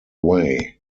way